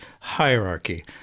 hierarchy